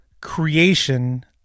creation